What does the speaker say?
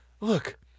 Look